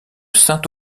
saint